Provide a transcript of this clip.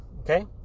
okay